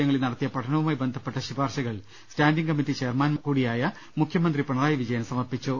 യങ്ങളിൽ നടത്തിയ പഠനവുമായി ബന്ധപ്പെട്ട ശുപാർശകൾ സ്റ്റാൻഡിംഗ് കമ്മിറ്റി ചെയർമാൻ കൂടിയായ മുഖ്യമന്ത്രി പിണറായി വിജയന് സമർപ്പിച്ചു